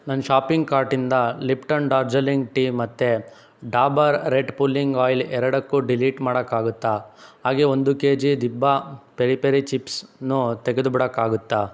ನನ್ನ ಶಾಪಿಂಗ್ ಕಾರ್ಟಿಂದ Lipton Darjeeling tea ಮತ್ತೆ ಡಾಬರ್ ರೆಡ್ ಪುಲ್ಲಿಂಗ್ ಆಯಿಲ್ ಎರಡಕ್ಕೂ ಡಿಲೀಟ್ ಮಾಡೋಕಾಗುತ್ತ ಹಾಗೆ ಒಂದು ಕೆ ಜಿ ದಿಬ್ಬ ಪೆರಿ ಪೆರಿ ಚಿಪ್ಸ್ನು ತೆಗೆದು ಬಿಡೋಕ್ಕಾಗುತ್ತ